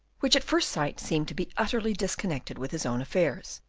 which at first sight seemed to be utterly disconnected with his own affairs.